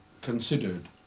considered